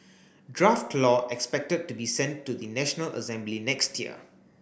draft law expected to be sent to the National Assembly next year